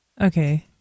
Okay